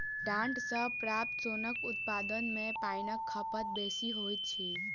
डांट सॅ प्राप्त सोनक उत्पादन मे पाइनक खपत बेसी होइत अछि